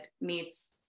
meets